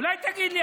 אולי תגיד לי,